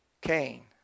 Cain